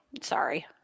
Sorry